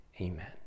amen